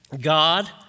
God